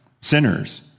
sinners